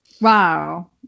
Wow